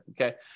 okay